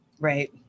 Right